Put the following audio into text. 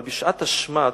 אבל בשעת השמד,